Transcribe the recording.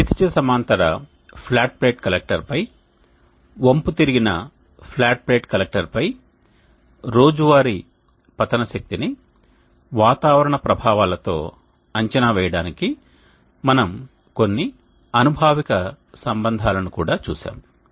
క్షితిజ సమాంతర flat plate కలెక్టర్పై వంపుతిరిగిన ఫ్లాట్ ప్లేట్ కలెక్టర్పై రోజువారీ పతన శక్తిని వాతావరణ ప్రభావాలతో అంచనా వేయడానికి మనము కొన్ని అనుభావిక సంబంధాలను కూడా చూశాము